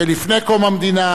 הרי היו בונים באבן,